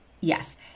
yes